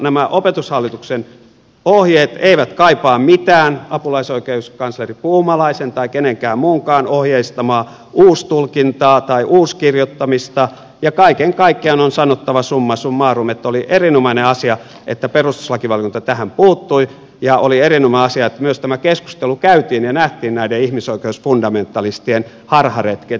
nämä opetushallituksen ohjeet eivät kaipaa mitään apulaisoikeuskansleri puumalaisen tai kenenkään muunkaan ohjeistamaa uustulkintaa tai uuskirjoittamista ja kaiken kaikkiaan on sanottava summa summarum että oli erinomainen asia että perustuslakivaliokunta tähän puuttui ja oli erinomainen asia että myös tämä keskustelu käytiin ja nähtiin näiden ihmisoikeusfundamentalistien harharetket